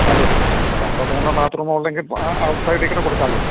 അതെ അതെ അപ്പം രണ്ടോ മൂന്നോ ബാത്രൂം ഉള്ളത് എങ്കിൽ പാ സൈഡിൽ കൂടെ കൊടുക്കാമല്ലോ